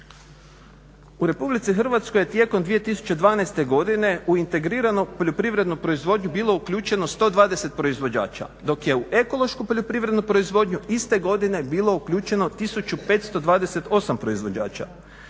U Republike Hrvatskoj je tijekom 2012. godine u integriranu poljoprivrednu proizvodnju bilo uključeno 120 proizvođača, dok je u ekološku poljoprivrednu proizvodnju iste godine bilo uključeno 1528 proizvođača.